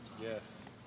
Yes